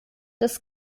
des